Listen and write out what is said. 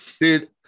Dude